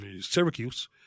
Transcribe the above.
Syracuse